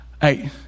Hey